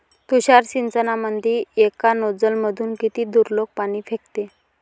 तुषार सिंचनमंदी एका नोजल मधून किती दुरलोक पाणी फेकते?